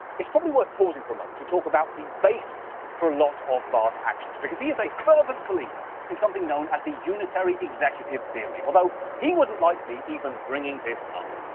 it's probably worth pausing for a moment to talk about the basis for a lot of barr's actions. because he is a fervent believer in something known as the unitary executive theory. although, he wouldn't like me even bringing this up.